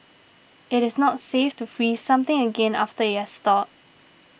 it is not safe to freeze something again after it has thawed